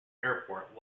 airport